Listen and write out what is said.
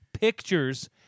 pictures